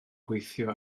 gweithio